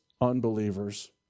unbelievers